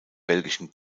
belgischen